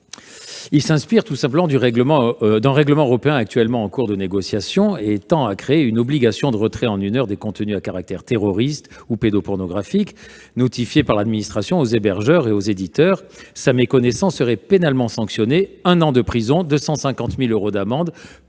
s'inspire d'un règlement européen actuellement en cours de négociation et tend à créer une obligation de retrait en une heure des contenus à caractère terroriste ou pédopornographique notifiés par l'administration aux hébergeurs et aux éditeurs. Sa méconnaissance serait pénalement sanctionnée, à raison d'un an de prison et de 250 000 euros d'amende